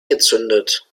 gezündet